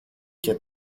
και